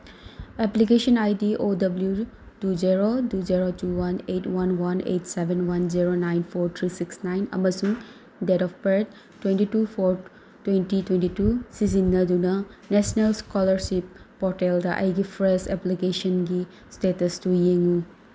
application I D O W two zero two zero two one eight one one eight seven one zero nine four three six nine ꯑꯃꯁꯨꯡ date of birth twenty two four twenty twenty two ꯁꯤꯖꯤꯟꯅꯗꯨꯅ national scholarship ꯄꯣꯔꯇꯦꯜꯗ ꯑꯩꯒꯤ fresh ꯑꯦꯄ꯭ꯂꯤꯀꯦꯁꯟꯒꯤ ꯏꯁꯇꯦꯇꯁꯇꯨ ꯌꯦꯡꯉꯨ